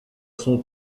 son